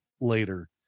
later